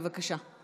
בבקשה,